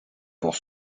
pour